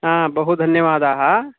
हा बहु धन्यवादाः